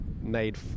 made